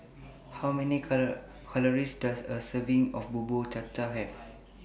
How Many Calories Does A Serving of Bubur Cha Cha Have